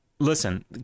listen